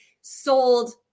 sold